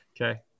Okay